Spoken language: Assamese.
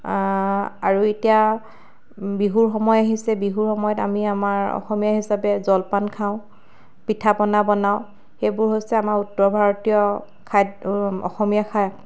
আৰু এতিয়া বিহুৰ সময় আহিছে বিহুৰ সময়ত আমি আমাৰ অসমীয়া হিচাপে জলপান খাওঁ পিঠা পনা বনাওঁ সেইবোৰ হৈছে আমাৰ উত্তৰ ভাৰতীয় খাদ্ অসমীয়া